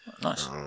Nice